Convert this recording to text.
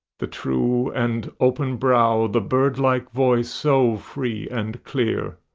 the true and open brow, the bird-like voice, so free and clear,